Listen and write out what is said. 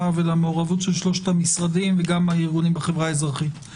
ולמעורבות של שלושת המשרדים וגם הארגונים בחברה האזרחית.